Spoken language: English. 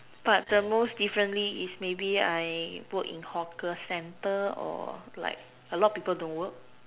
but the most differently is maybe I work in hawker centre or like a lot of people don't work